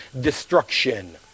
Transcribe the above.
destruction